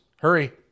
Hurry